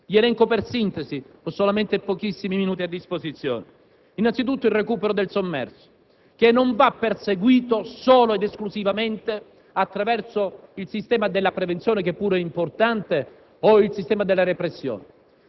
rapidamente avendo solamente pochissimi minuti a disposizione. Anzitutto, il recupero del sommerso non va perseguito solo ed esclusivamente attraverso il sistema della prevenzione, che pure è importante, o il sistema della repressione